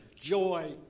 joy